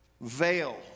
veil